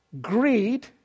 Greed